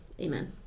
Amen